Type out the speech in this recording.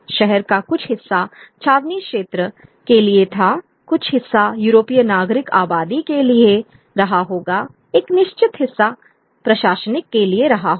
शहर का कुछ हिस्सा छावनी क्षेत्र के लिए था कुछ हिस्सा यूरोपीय नागरिक आबादी के लिए रहा होगा एक निश्चित हिस्सा प्रशासनिक के लिए रहा होगा